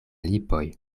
lipoj